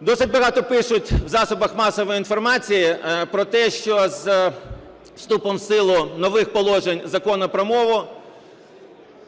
Досить багато пишуть в засобах масової інформації про те, що з вступом в силу нових положень Закону про мову